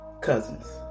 cousins